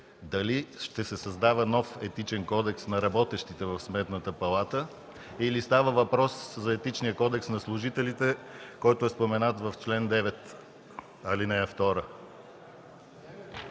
Дали ще се създава нов Етичен кодекс на работещите в Сметната палата, или става въпрос за Етичния кодекс на служителите, който е споменат в чл. 9, ал. 2?